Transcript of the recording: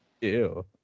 ew